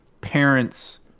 parent's